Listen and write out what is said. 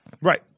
Right